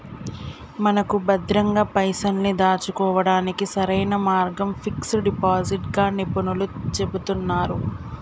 మనకు భద్రంగా పైసల్ని దాచుకోవడానికి సరైన మార్గం ఫిక్స్ డిపాజిట్ గా నిపుణులు చెబుతున్నారు